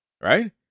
right